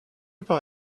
about